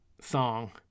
song